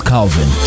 Calvin